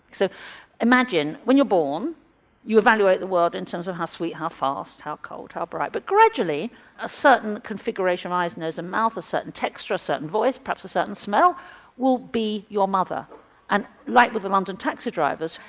so imagine when you're born you evaluate the world in terms of how sweet, how fast, how cold, how bright, but gradually a certain configuration of eyes, nose and mouth a certain texture, a certain voice, perhaps a certain smell will be your mother and, like with the london taxi drivers,